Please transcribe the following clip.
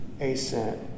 ascent